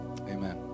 amen